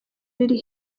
riri